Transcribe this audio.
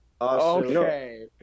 Okay